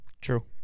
True